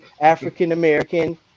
African-American